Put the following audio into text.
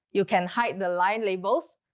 you can hide the line labels,